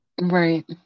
Right